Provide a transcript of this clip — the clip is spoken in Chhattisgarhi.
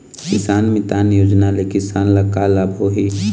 किसान मितान योजना ले किसान ल का लाभ होही?